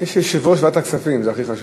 יש יושב-ראש ועדת הכספים, זה הכי חשוב.